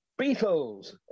Beatles